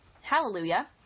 Hallelujah